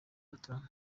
batanu